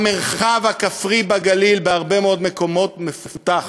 המרחב הכפרי בגליל בהרבה מאוד מקומות מפותח,